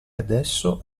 adesso